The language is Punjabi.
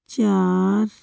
ਚਾਰ